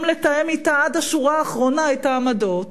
לתאם אתה עד השורה האחרונה את העמדות,